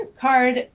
card